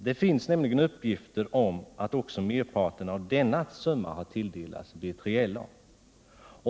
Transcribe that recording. Det finns nämligen uppgifter om att merparten av denna har tilldelats B3LA.